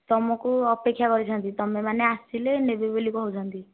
ତୁମକୁ ଅପେକ୍ଷା କରିଛନ୍ତି ତୁମେମାନେ ଆସିଲେ ନେବେ ବୋଲି କହୁଛନ୍ତି